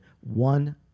one